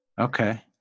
Okay